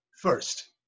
first